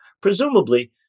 presumably